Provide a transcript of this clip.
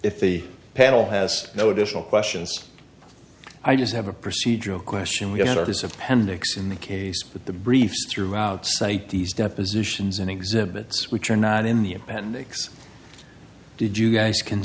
if the panel has no additional questions i just have a procedural question we are this appendix in the case but the briefs throughout cite these depositions and exhibits which are not in the appendix did you guys c